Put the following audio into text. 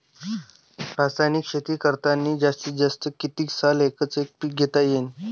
रासायनिक शेती करतांनी जास्तीत जास्त कितीक साल एकच एक पीक घेता येईन?